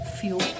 Fuel